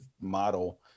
model